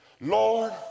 Lord